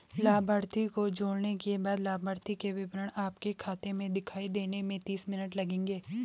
लाभार्थी को जोड़ने के बाद लाभार्थी के विवरण आपके खाते में दिखाई देने में तीस मिनट लगेंगे